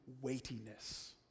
weightiness